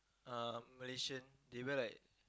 uh Malaysian they wear like